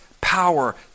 power